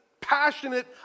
passionate